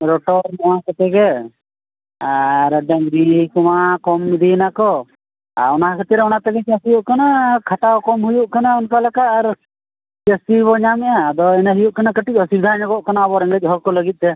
rotor ᱚᱱᱟ ᱠᱚᱛᱮ ᱜᱮ ᱟᱨ ᱰᱟᱹᱝᱨᱤ ᱠᱚᱢᱟ ᱠᱚᱢ ᱤᱫᱤᱭᱱᱟᱠᱚ ᱟᱨ ᱚᱱᱟ ᱠᱷᱟᱹᱛᱤᱨ ᱚᱱᱟ ᱛᱮᱜᱮ ᱪᱟᱥ ᱦᱩᱭᱩᱜ ᱠᱟᱱᱟ ᱠᱷᱟᱴᱟᱣ ᱠᱚᱢ ᱦᱩᱭᱩᱜ ᱠᱟᱱᱟ ᱚᱱᱠᱟ ᱞᱮᱠᱟ ᱟᱨ ᱪᱟᱹᱥᱤ ᱵᱚᱱ ᱧᱟᱢᱮᱜᱼᱟ ᱟᱫᱚ ᱤᱱᱟᱹ ᱦᱩᱭᱩᱜ ᱠᱟᱱᱟ ᱠᱟᱹᱴᱤᱡ ᱚᱥᱩᱵᱤᱫᱟᱹ ᱧᱚᱜᱚᱜ ᱠᱟᱱᱟ ᱟᱵᱚ ᱨᱮᱸᱜᱮᱡ ᱦᱚᱲ ᱠᱚ ᱞᱟᱹᱜᱤᱫ ᱛᱮ